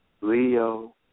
Leo